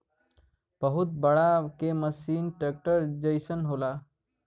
बहुत बड़ा के मसीन ट्रेक्टर जइसन होला